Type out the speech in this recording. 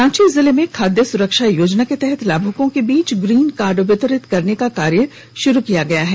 रांची जिले में खाद्य सुरक्षा योजना के तहत लाभुकों के बीच ग्रीन कार्ड वितरित करने का कार्य शुरू हो गया है